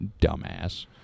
dumbass